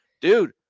Dude